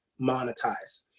monetize